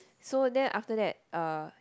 so then after that uh